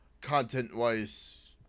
content-wise